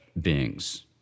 beings